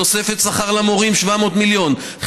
תוספת שכר למורים של 700 מיליון.